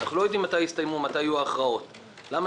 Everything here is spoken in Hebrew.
אנחנו לא יודעים מתי יהיו ההכרעות למה